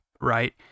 right